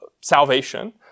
salvation